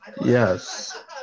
yes